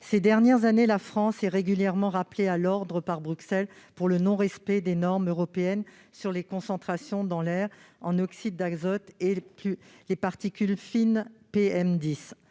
Ces dernières années, la France a régulièrement été rappelée à l'ordre par Bruxelles pour non-respect des normes européennes sur les concentrations dans l'air en oxyde d'azote et en particules fines PM10.